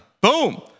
boom